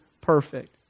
perfect